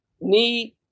need